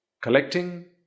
collecting